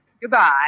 Goodbye